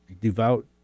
devout